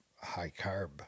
high-carb